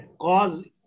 cause